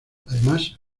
además